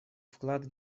вклад